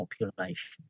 population